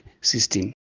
system